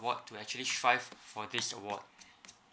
award to actually strive for this award